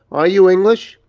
are you english?